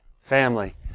family